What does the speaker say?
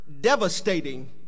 Devastating